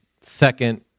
second